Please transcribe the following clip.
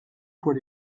fois